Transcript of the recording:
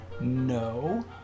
No